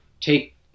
take